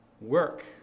work